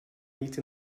meet